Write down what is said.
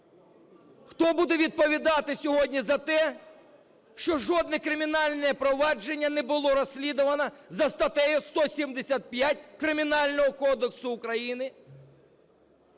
Хто буде відповідати сьогодні за те, що жодне кримінальне провадження не було розслідувано за статтею 175 Кримінального кодексу України?